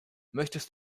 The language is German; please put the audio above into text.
möchtest